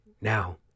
now